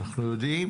אנחנו יודעים